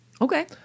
Okay